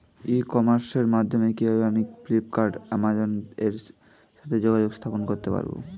ই কমার্সের মাধ্যমে কিভাবে আমি ফ্লিপকার্ট অ্যামাজন এর সাথে যোগাযোগ স্থাপন করতে পারব?